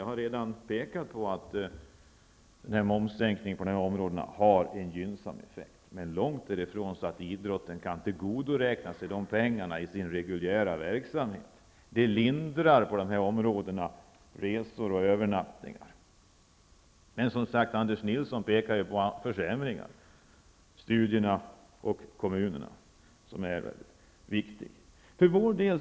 Jag har redan pekat på att momssänkningen på detta område har en gynnsam effekt. Men det innebär långtifrån att idrottsrörelsen kan tillgodoräkna sig dessa pengar i sin reguljära verksamhet. Ändringen på det här området lindrar kostnaderna för resor och övernattningar. Men det finns försämringar, som Anders Nilsson nämnde, nämligen i fråga om studier och kommuner, som är viktiga.